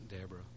Deborah